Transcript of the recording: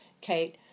Kate